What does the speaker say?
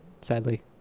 sadly